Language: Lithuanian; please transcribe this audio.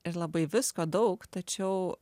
ir labai visko daug tačiau